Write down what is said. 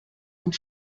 und